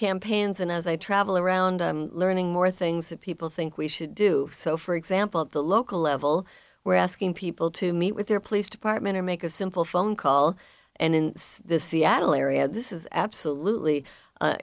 campaigns and as i travel around learning more things that people think we should do so for example at the local level we're asking people to meet with their police department or make a simple phone call and in the seattle area this is absolutely